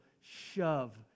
shove